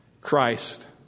Christ